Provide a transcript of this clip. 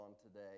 today